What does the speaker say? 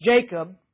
Jacob